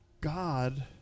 God